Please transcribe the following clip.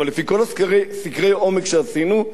אבל לפי כל סקרי העומק שעשינו,